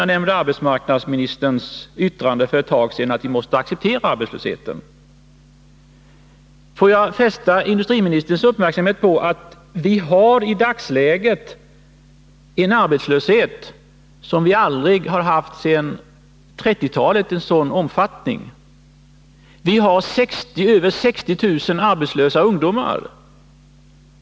Jag nämnde arbetsmarknadsministerns yttrande för ett tag sedan om att vi måste acceptera arbetslösheten. Får jag fästa industriministerns uppmärksamhet på att vi i dagsläget har en sådan omfattning av arbetslösheten som vi inte har haft sedan 1930-talet. Vi har över 60 000 arbetslösa ungdomar.